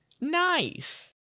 Nice